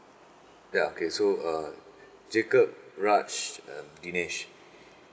ya okay so uh jacob raj uh dinesh